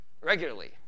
regularly